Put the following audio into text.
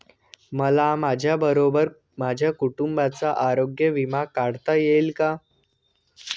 मला माझ्याबरोबर माझ्या कुटुंबाचा आरोग्य विमा काढता येईल का?